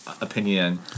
opinion